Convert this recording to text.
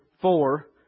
four